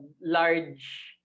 large